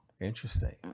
interesting